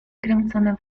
kręcone